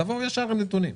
תבואו ישר עם נתונים.